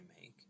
make